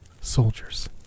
Soldiers